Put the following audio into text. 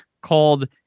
called